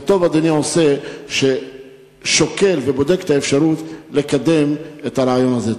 וטוב אדוני עושה שהוא שוקל ובודק את האפשרות לקדם את הרעיון הזה.